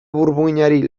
burmuinari